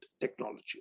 technology